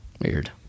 Weird